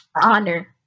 honor